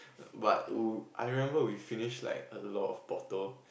but wu I remember we finished like a lot of bottle